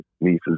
nieces